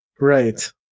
Right